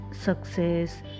success